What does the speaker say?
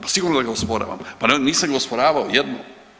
Pa sigurno da ga osporavam, pa nisam ga osporavao jednom.